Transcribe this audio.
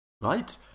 right